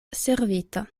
servita